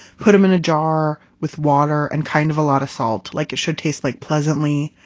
put them in a jar with water and kind of a lot of salt. like it should taste like pleasantly,